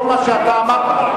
כל מה שאתה אמרת,